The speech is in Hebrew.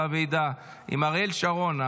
בוועידה עם אריאל שרון,